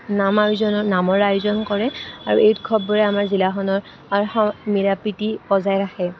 নামৰ আয়োজন কৰে আৰু এই উৎসৱবোৰে আমাৰ জিলাখনৰ মিলা প্ৰীতি বজাই ৰাখে